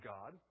God